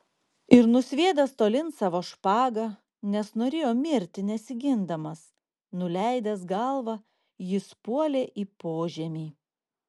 ir nusviedęs tolyn savo špagą nes norėjo mirti nesigindamas nuleidęs galvą jis puolė į požemį